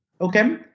okay